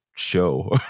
show